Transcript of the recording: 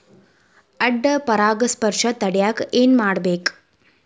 ಅಡ್ಡ ಪರಾಗಸ್ಪರ್ಶ ತಡ್ಯಾಕ ಏನ್ ಮಾಡ್ಬೇಕ್?